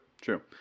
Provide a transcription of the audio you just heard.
true